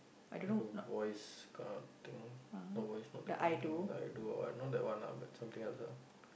like a voice kind of thing the voice not that kind of thing like do or what not that one lah but something else ah